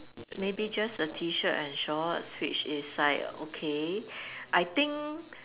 maybe just a T-shirt and shorts which is like okay I think